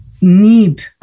need